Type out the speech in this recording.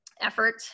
effort